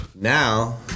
Now